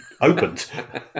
opened